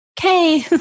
Okay